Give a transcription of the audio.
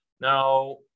Now